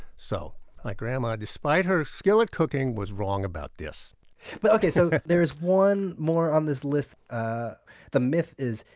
so my grandma, despite her skill at cooking, was wrong about this but so there is one more on this list. ah the myth is,